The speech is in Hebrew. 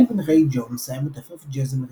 אלווין ריי ג'ונס היה מתופף ג'אז אמריקאי.